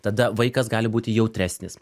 tada vaikas gali būti jautresnis